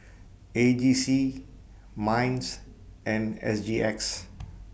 A G C Minds and S G X